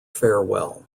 farewell